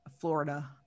Florida